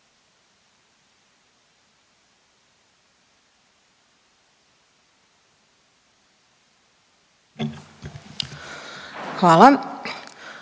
Hvala.